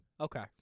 Okay